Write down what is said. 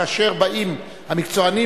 כאשר באים המקצוענים,